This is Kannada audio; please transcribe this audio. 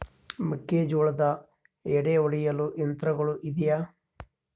ಮೆಕ್ಕೆಜೋಳದ ಎಡೆ ಒಡೆಯಲು ಯಂತ್ರಗಳು ಇದೆಯೆ?